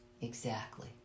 Exactly